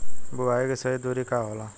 बुआई के सही दूरी का होला?